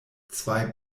zwei